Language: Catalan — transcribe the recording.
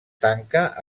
tanca